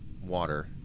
water